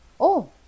Oh